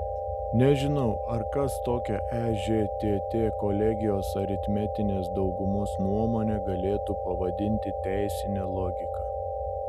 nežinau ar kas tokią ežtt kolegijos aritmetinės daugumos nuomonę galėtų pavadinti teisine logika